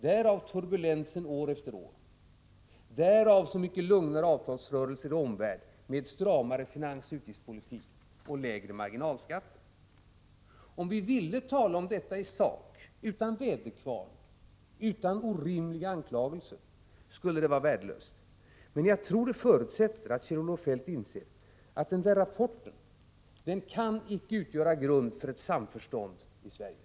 Därav turbulensen år efter år, därav så mycket lugnare avtalsrörelser i omvärlden, med stramare finansoch utgiftspolitik och lägre marginalskatter. Om vi ville tala om detta i sak, utan väderkvarnar och utan orimliga anklagelser, skulle det vara värdefullt, men det förutsätter nog att Kjell-Olof Feldt inser att denna rapport icke kan utgöra grunden för ett samförstånd i Sverige.